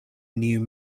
new